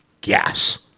gas